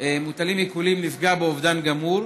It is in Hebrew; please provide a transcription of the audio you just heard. מוטלים עיקולים נפגע באובדן גמור,